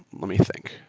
let me think.